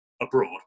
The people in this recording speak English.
abroad